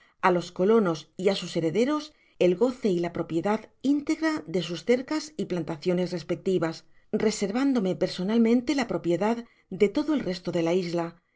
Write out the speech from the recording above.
á los colonos y á sus herederos el goce y la propiedad integra de sus cercas y plantaciones respectivas reservándome personalmente la propiedad de todo el resto de la isla